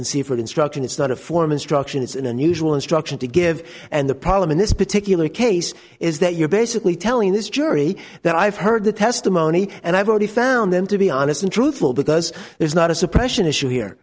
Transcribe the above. seaford instruction it's not a form instruction it's an unusual instruction to give and the problem in this particular case is that you're basically telling this jury that i've heard the testimony and i've already found them to be honest and truthful because there's not a suppression issue here